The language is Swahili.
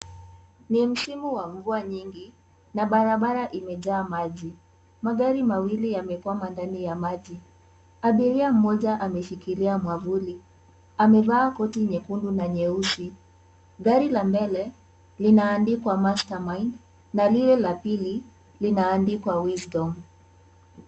Ni msimu wa mvua nyingi na barabara imejaa maji. Magari mawili yamekwama ndani ya maji. Abiria mmoja ameshikilia mwavuli, amevaa koti nyekundu na nyeusi. Gari la mbele linaandikwa mastermind na lile la pili linaandikwa wisdom .